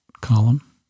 column